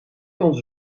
ons